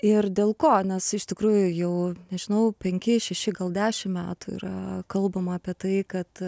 ir dėl ko nes iš tikrųjų jau nežinau penki šeši gal dešim metų yra kalbama apie tai kad